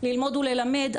ללמוד וללמד,